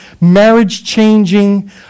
marriage-changing